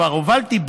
כבר הובלתי,